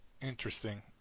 Interesting